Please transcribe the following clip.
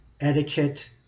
etiquette